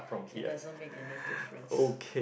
it doesn't make any difference